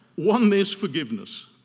one, there's forgiveness,